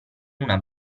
una